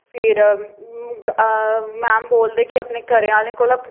फिर मैम बोलदे कि अपने घरैं आह्ले कोल